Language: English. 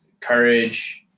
courage